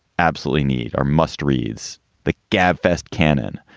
absolutely need are must reads the gab fest canon.